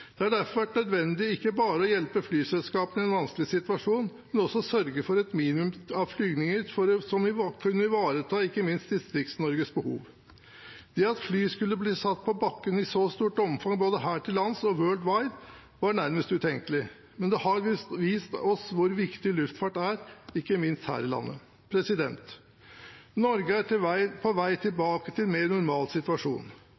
Det har derfor vært nødvendig ikke bare å hjelpe flyselskapene i en vanskelig situasjon, men også å sørge for et minimum av flygninger for å kunne ivareta ikke minst Distrikts-Norges behov. At fly skulle bli satt på bakken i et så stort omfang både her til lands og «world wide», var nærmest utenkelig. Men det har vist oss hvor viktig luftfarten er, ikke minst her i landet. Norge er på vei